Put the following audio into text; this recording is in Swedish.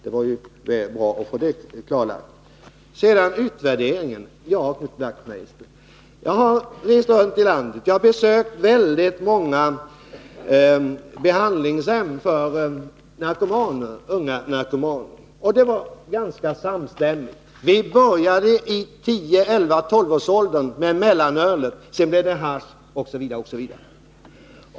Det var ju bra att få den saken klarlagd. Sedan till utvärderingen. Jag har, Knut Wachtmeister, rest runt i landet och besökt många behandlingshem för unga narkomaner. Berättelserna var ganska samstämmiga: Vi började i 10-, 11 eller 12-årsåldern med mellanölet, heter det, sedan blev det hasch osv.